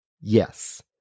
Yes